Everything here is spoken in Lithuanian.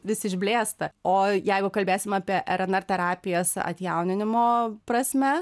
vis išblėsta o jeigu kalbėsim apie rnr terapijas atjauninimo prasme